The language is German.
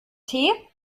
tee